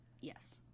yes